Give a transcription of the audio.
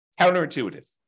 Counterintuitive